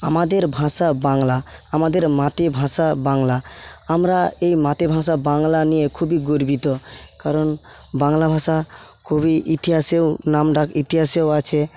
আমাদের ভাষা বাংলা আমাদের মাতৃভাষা বাংলা আমরা এই মাতৃভাষা বাংলা নিয়ে খুবই গর্বিত কারণ বাংলা ভাষা কবি ইতিহাসেও নাম ডাক ইতিহাসেও আছে